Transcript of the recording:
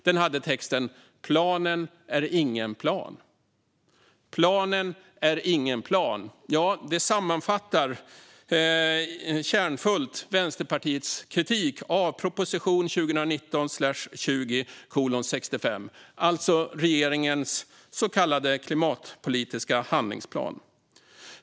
Den hade texten: Planen är ingen plan. Det sammanfattar kärnfullt Vänsterpartiets kritik av proposition 2019/20:65, alltså regeringens så kallade klimatpolitiska handlingsplan.